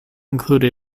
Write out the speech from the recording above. include